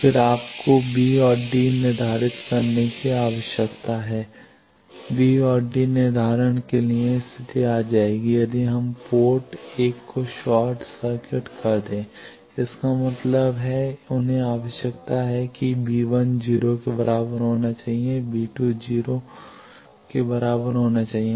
फिर आपको बी और डी निर्धारित करने की आवश्यकता है बी और डी निर्धारण के लिए स्थिति आ जाएगी यदि हम पोर्ट एक को शॉर्ट सर्किट कर दे इसका मतलब है उन्हें आवश्यकता है कि V 1 0 के बराबर होना चाहिए V 2 0 पोर्ट के बराबर होना चाहिए